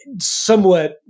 somewhat